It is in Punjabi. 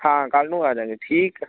ਹਾਂ ਕੱਲ੍ਹ ਨੂੰ ਆ ਜਾਵਾਂਗੇ ਠੀਕ